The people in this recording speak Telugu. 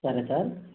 సరే సార్